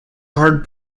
hard